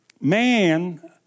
man